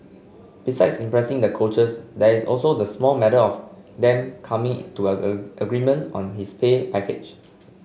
besides impressing the coaches there is also the small matter of them coming to a a agreement on his pay package